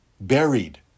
buried